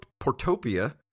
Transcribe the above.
Portopia